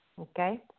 okay